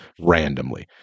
randomly